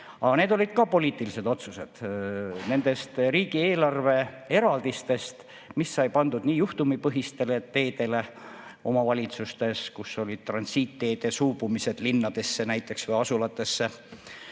Aga need olid ka poliitilised otsused, need riigieelarve eraldised, mis sai pandud nii juhtumipõhiselt teedele omavalitsustes, kus olid transiitteede suubumised linnadesse näiteks või asulatesse,